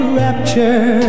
rapture